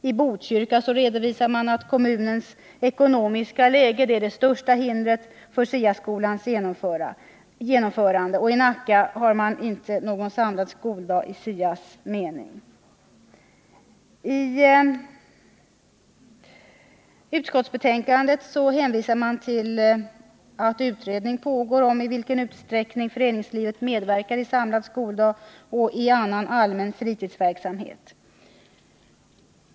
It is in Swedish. I Botkyrka redovisar man att kommunens ekonomiska läge är det största hindret för SIA-skolans genomförande. I Nacka har ingen skola samlad skoldag i SIA:s mening. I utskottsbetänkandet hänvisar man till att utredning pågår om i vilken utsträckning föreningslivet medverkar i samlad skoldag och i allmän fritidsverksamhet.